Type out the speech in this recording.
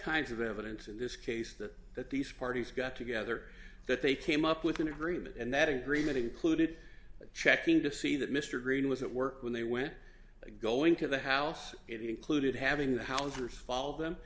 kinds of evidence in this case that that these parties got together that they came up with an agreement and that agreement included checking to see that mr green was at work when they went going to the house it included having the hauser's follow them